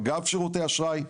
אגב שירותי אשראי,